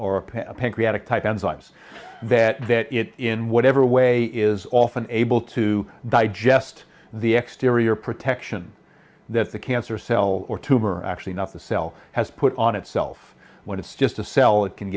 size that that it in whatever way is often able to digest the exteriors protection that the cancer cell or tumor actually not the cell has put on itself when it's just a cell it can